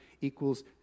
equals